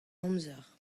amzer